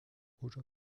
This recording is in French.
japon